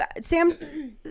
Sam